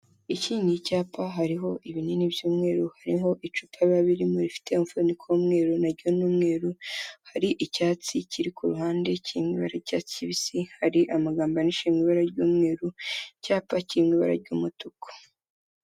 Iki ni icyapa hariho ibinini by'umweru, hariho icupa biba birimo rifite umufuniko w'umweru naryo n'umweru, hari icyatsi kiri ku ruhande kiri mu ibara ry'icyatsi kibisi, hari amagambo yandikishijwe mu ibara ry'umweru, icyapa kiri ibara ry'umutuku.